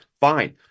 fine